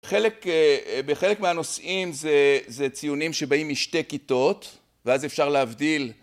בחלק... בחלק מהנושאים זה, זה ציונים שבאים משתי כיתות, ואז אפשר להבדיל